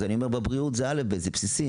לכן אני אומר שהבריאות זה האלף-בית, זה הבסיסי.